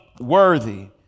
worthy